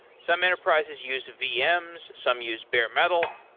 some enterprises use vms, some use bare metal,